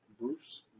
Bruce